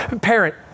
Parent